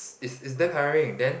is is damn tiring then